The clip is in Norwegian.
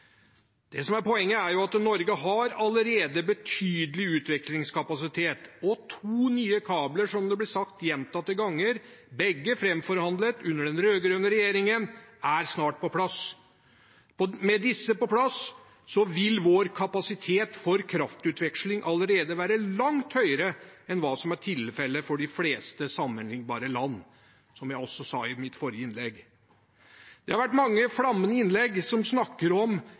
Det som er poenget, er at Norge allerede har betydelig utvekslingskapasitet, og – som det ble sagt gjentatte ganger – to nye kabler, begge framforhandlet under den rød-grønne regjeringen, er snart på plass. Med disse på plass vil vår kapasitet for kraftutveksling allerede være langt større enn hva som er tilfellet for de fleste sammenlignbare land – som jeg også sa i mitt forrige innlegg. Det har vært mange flammende innlegg